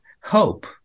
hope